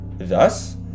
Thus